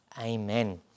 amen